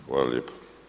Hvala lijepo.